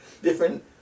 different